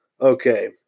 Okay